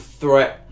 threat